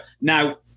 Now